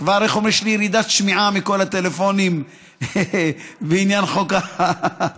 יש לי ירידת שמיעה מכל הטלפונים בעניין חוק התיירות,